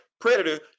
Predator